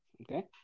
Okay